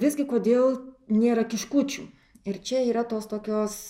visgi kodėl nėra kiškučių ir čia yra tos tokios